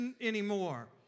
anymore